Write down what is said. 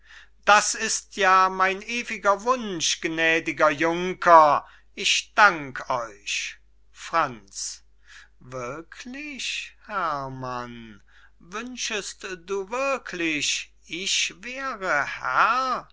das ist ja mein ewiger wunsch gnädiger junker ich dank euch franz wirklich herrmann wünschest du wirklich ich wäre